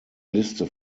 liste